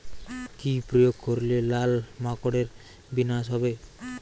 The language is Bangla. কি প্রয়োগ করলে লাল মাকড়ের বিনাশ হবে?